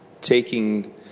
taking